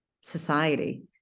society